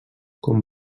com